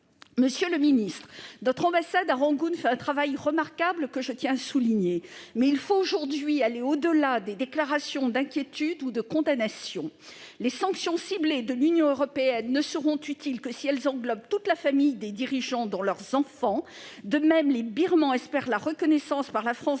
Monsieur le ministre, notre ambassade à Rangoon accomplit un travail remarquable, que je tiens à souligner, mais il faut aujourd'hui aller au-delà des déclarations d'inquiétude ou de condamnation. Les sanctions ciblées de l'Union européenne ne seront utiles que si elles englobent toute la famille des dirigeants, notamment leurs enfants. De même, les Birmans espèrent la reconnaissance par la France